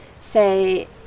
say